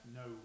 no